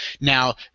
now